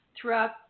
throughout